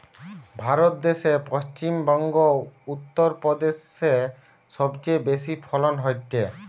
ভারত দ্যাশে পশ্চিম বংগো, উত্তর প্রদেশে সবচেয়ে বেশি ফলন হয়টে